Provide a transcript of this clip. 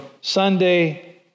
Sunday